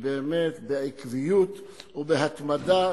שבאמת בעקביות ובהתמדה,